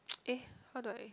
eh how do I